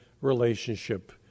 relationship